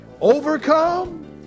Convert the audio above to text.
overcome